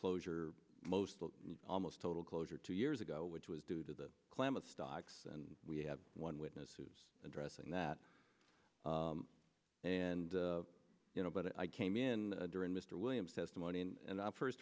closure most almost total closure two years ago which was due to the climate stocks and we have one witness who's addressing that and you know but i came in during mr williams testimony and up first